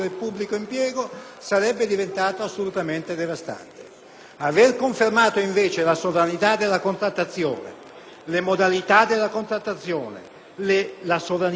Aver confermato invece la sovranità e le modalità della contrattazione, nonché la sovranità delle parti nella contrattazione credo che sia stata